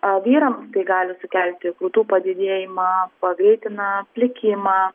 a vyrams tai gali sukelti krūtų padidėjimą pagreitina plikimą